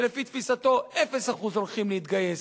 שלפי תפיסתו 0% הולכים להתגייס.